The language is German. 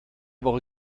woche